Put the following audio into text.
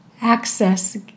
access